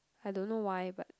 I don't know why but